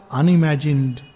unimagined